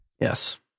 Yes